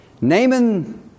Naaman